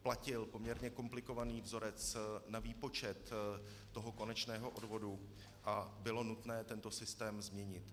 Platil poměrně komplikovaný vzorec na výpočet konečného odvodu a bylo nutné tento systém změnit.